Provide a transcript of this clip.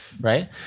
right